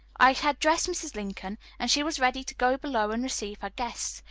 i had dressed mrs. lincoln, and she was ready to go below and receive her guests,